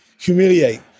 humiliate